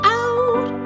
out